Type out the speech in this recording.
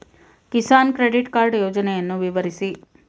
Kisan credit card ಯೋಜನೆಯನ್ನು ವಿವರಿಸಿ?